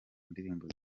ndirimbo